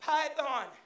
Python